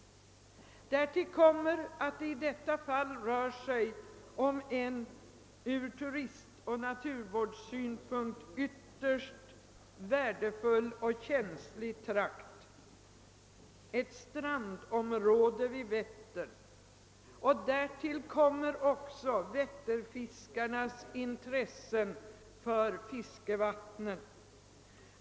Härtill kommer att det i detta fall rör sig om en ur turistoch naturvårdssynpunkt ytterst värdefull och känslig trakt, ett strandområde vid Vättern. Även vätternfiskarnas intresse av att bevara sina fiskevatten är en faktor att räkna med.